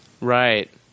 Right